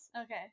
Okay